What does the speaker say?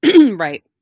Right